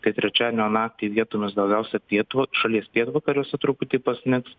tai trečiadienio naktį vietomis daugiausiai pietų šalies pietvakariuose truputį pasnigs